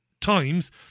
Times